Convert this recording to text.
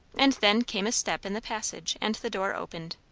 and then came a step in the passage and the door opened.